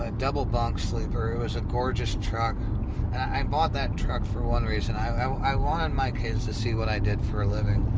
ah double bunk sleeper and it was a gorgeous truck, and i bought that truck for one reason. i i wanted my kids to see what i did for a living.